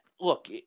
look